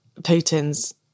Putin's